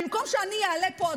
במקום שאני אעלה פה,